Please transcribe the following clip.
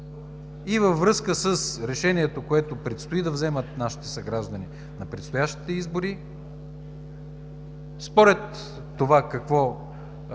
и във връзка с решението, което предстои да вземат нашите съграждани на предстоящите избори, според това какво